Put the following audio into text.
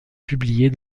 publiés